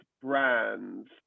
brands